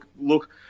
look –